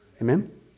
Amen